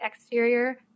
exterior